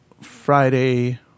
Friday